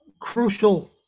crucial